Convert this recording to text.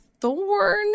thorn